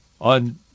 on